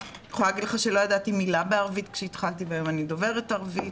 אני יכולה להגיד שלא ידעתי מילה בערבית כשהתחלתי והיום אני דוברת ערבית.